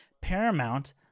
paramount